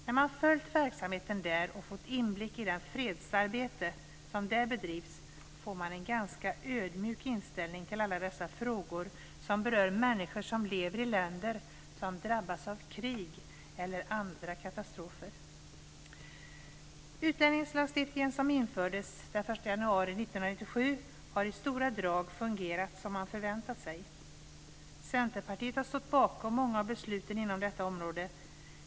När man har följt verksamheten där och fått inblick i det fredsarbete som där bedrivs får man en ganska ödmjuk inställning till alla dessa frågor som berör människor som lever i länder som drabbas av krig eller andra katastrofer. 1 januari 1997 har i stora drag fungerat som man förväntat sig. Centerpartiet har stått bakom många av besluten på detta område.